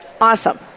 Awesome